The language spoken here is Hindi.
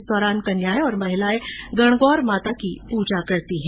इस दौरान कन्याए और महिलाए गणगौर माता की पूजा करती हैं